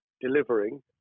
delivering